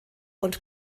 und